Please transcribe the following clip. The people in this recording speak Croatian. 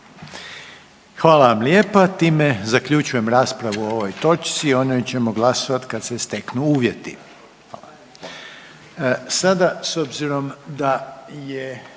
Hvala vam lijepa. Time zaključujem raspravu o ovoj točci, o njoj ćemo glasovati kad se steknu uvjeti.